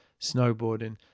snowboarding